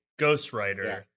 Ghostwriter